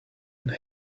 and